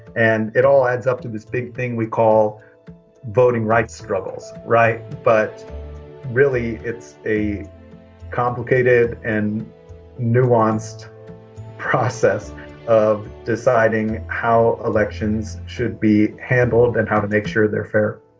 and it all adds up to this big thing we call voting rights struggles right. but really, it's a complicated and nuanced process of deciding how elections should be handled and how to make sure they're fair